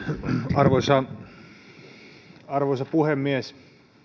arvoisa arvoisa puhemies